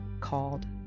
called